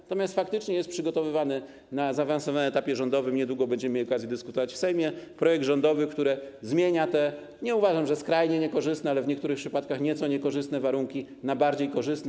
Natomiast faktycznie jest przygotowywany na zaawansowanym etapie rządowym, niedługo będziemy mieli okazję dyskutować w Sejmie, projekt rządowy, który zmienia te, nie uważam, że skrajnie niekorzystne, ale w niektórych przypadkach nieco niekorzystne warunki na bardziej korzystne.